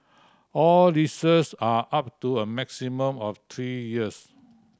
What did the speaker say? all leases are up to a maximum of three years